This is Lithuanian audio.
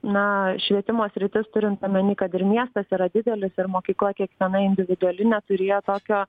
na švietimo sritis turint omeny kad ir miestas yra didelis ir mokykla kiekviena individuali neturėjo tokio